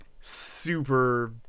super